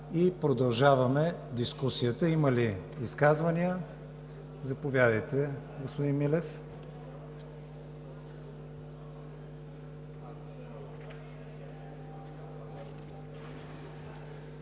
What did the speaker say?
Продължаваме дискусията. Има ли изказвания? Заповядайте, господин Милев.